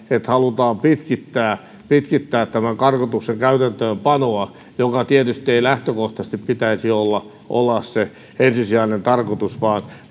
että halutaan pitkittää pitkittää tämän karkotuksen täytäntöönpanoa minkä tietysti ei lähtökohtaisesti pitäisi olla olla se ensisijainen tarkoitus